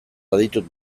baditut